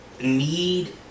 need